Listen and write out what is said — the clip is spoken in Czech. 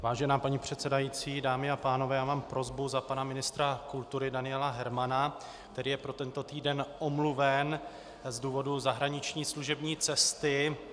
Vážená paní předsedající, dámy a pánové, já mám prosbu za pana ministra kultury Daniela Hermana, který je pro tento týden omluven z důvodu zahraniční služební cesty.